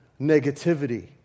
negativity